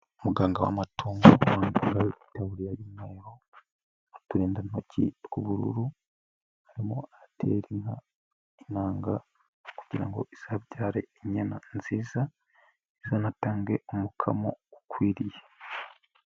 Muganga w'amatungo wambaye itaburiya y'umweru n'uturindantoki tw'ubururu, arimo atera inka inanga kugira ngo izabyare inyana nziza izanatange umukamo ukwiriye.